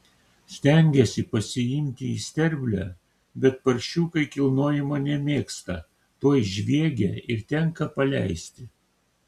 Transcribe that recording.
stengiasi pasiimti į sterblę bet paršiukai kilnojimo nemėgsta tuoj žviegia ir tenka paleisti